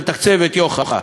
לתקצב את יוח"א,